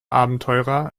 abenteurer